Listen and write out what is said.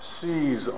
sees